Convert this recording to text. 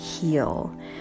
heal